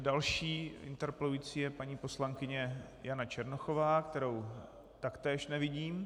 Další interpelující je paní poslankyně Jana Černochová, kterou taktéž nevidím.